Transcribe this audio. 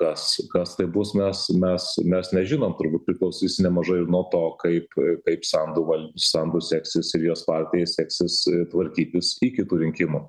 kas kas tai bus mes mes mes nežinom turbūt priklausys nemažai ir nuo to kaip kaip sandu val sandu seksis ir jos partijai seksis tvarkytis iki tų rinkimų